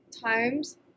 times